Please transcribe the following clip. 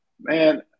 Man